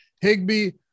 Higby